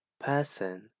person